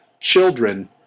children